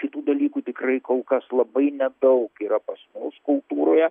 kai tų dalykų tikrai kol kas labai nedaug yra pas mus kultūroje